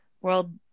world